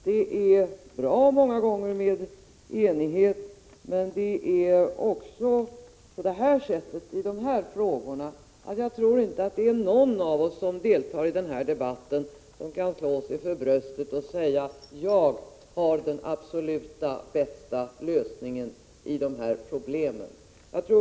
Det är många gånger bra med enighet, men i dessa frågor tror jag inte att någon av oss som deltar i denna debatt kan slå sig för bröstet och säga att ”jag har den absolut bästa lösningen på dessa problem”.